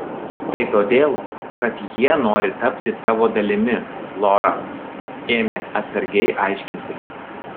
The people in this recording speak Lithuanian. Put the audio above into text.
tai todėl kad jie nori tapti tavo dalimi lora ėmė atsargiai aiškinti